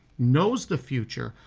knows the future,